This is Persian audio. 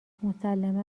مسلما